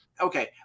Okay